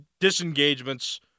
disengagements